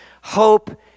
Hope